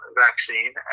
vaccine